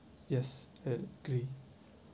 yes agree